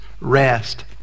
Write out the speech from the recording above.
rest